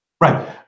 right